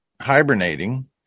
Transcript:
hibernating